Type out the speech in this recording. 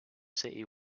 city